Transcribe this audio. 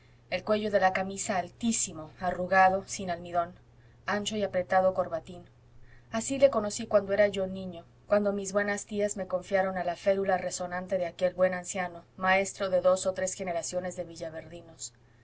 el cuello de la camisa altísimo arrugado sin almidón ancho y apretado corbatín así le conocí cuando era yo niño cuando mis buenas tías me confiaron a la férula resonante de aquel buen anciano maestro de dos o tres generaciones de